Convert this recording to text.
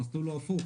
המסלול הוא הפוך.